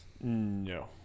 No